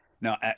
Now